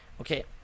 okay